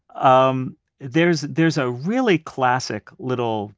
um there's there's a really classic little